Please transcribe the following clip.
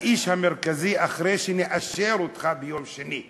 האיש המרכזי אחרי שנאשר אותך ביום שני,